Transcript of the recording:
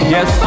Yes